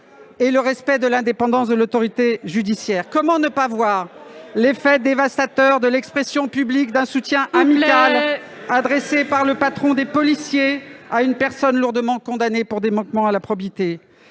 de la loi et l'indépendance de l'autorité judiciaire. Comment ne pas voir l'effet dévastateur de l'expression publique d'un soutien amical adressé par le patron des policiers à une personne lourdement condamnée pour des manquements à la probité ?